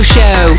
Show